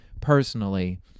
personally